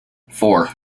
four